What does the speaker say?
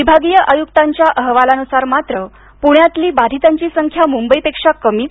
विभागीय आयुक्तांच्या अहवालानुसार मात्र पुण्यातली बाधितांची संख्या मुंबईपेक्षा कमीच